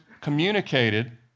communicated